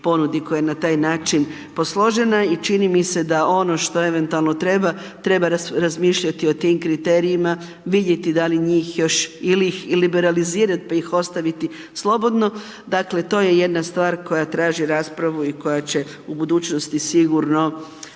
ponudi koja je na taj način posložena i čini mi se da ono što eventualno treba, treba razmišljati o tim kriterijima, vidjeti da li njih još ili ih liberalizirat, pa ih ostaviti slobodno, dakle, to je jedna stvar koja traži raspravu i koja će u budućnosti sigurno